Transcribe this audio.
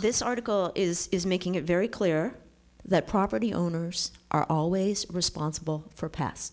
this article is is making it very clear that property owners are always responsible for past